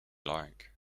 like